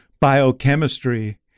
biochemistry